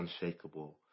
unshakable